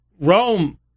Rome